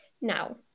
now